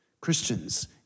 Christians